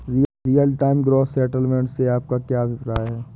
Real time gross settlement से आपका क्या अभिप्राय है?